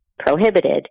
prohibited